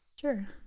Sure